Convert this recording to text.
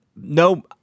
no